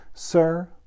Sir